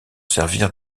servir